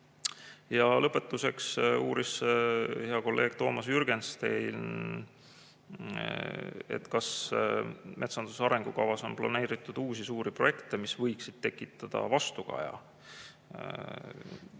Lõpetuseks uuris hea kolleeg Toomas Jürgenstein, kas metsanduse arengukavas on planeeritud uusi suuri projekte, mis võiksid tekitada vastukaja.